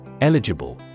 Eligible